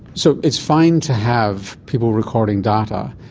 so it's fine to have people recording data.